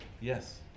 Yes